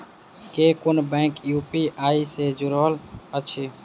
केँ कुन bank UPI सँ जुड़ल अछि?